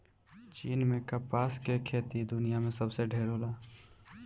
चीन में कपास के खेती दुनिया में सबसे ढेर होला